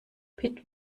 pit